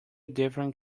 different